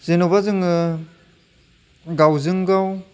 जेन'बा जोङो गावजोंगाव